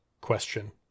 question